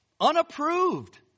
unapproved